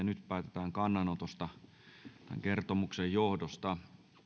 nyt päätetään kannanotosta kertomuksen johdosta